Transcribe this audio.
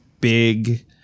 big